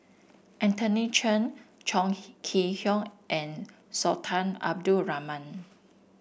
Anthony Chen Chong Hee Kee Hiong and Sultan Abdul Rahman